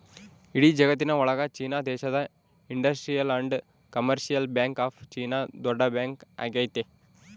ಇಡೀ ಜಗತ್ತಿನ ಒಳಗ ಚೀನಾ ದೇಶದ industrial and commercial bank of China ದೊಡ್ಡ ಬ್ಯಾಂಕ್ ಆಗೈತೆ